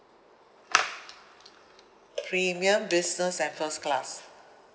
premium business and first class